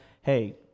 Hey